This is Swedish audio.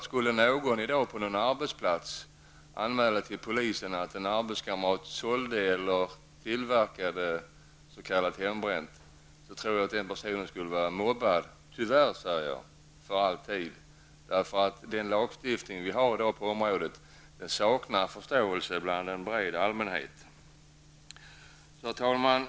Skulle någon i dag på en arbetsplats anmäla till polisen att en arbetskamrat sålt eller tillverkat s.k. hembränt, tror jag att den personen för alltid skulle bli mobbad, tyvärr, för den breda allmänheten saknar förståelse för den lagstiftning som vi i dag har på området. Herr talman!